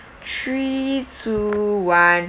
three two one